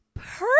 Perfect